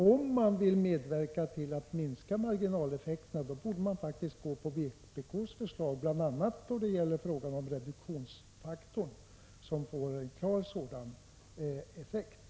Om man vill medverka till att minska marginaleffekterna borde man faktiskt gå på vpk:s förslag, bl.a. då det gäller frågan om reduktionsfaktorn, som får en klar sådan effekt.